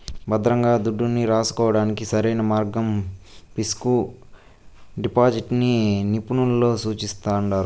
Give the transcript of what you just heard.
భద్రంగా దుడ్డుని రాసుకోడానికి సరైన మార్గంగా పిక్సు డిపాజిటిని నిపునులు సూపిస్తండారు